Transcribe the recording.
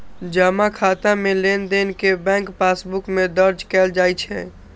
जमा खाता मे लेनदेन कें बैंक पासबुक मे दर्ज कैल जाइ छै